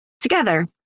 together